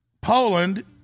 Poland